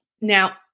Now